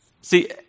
See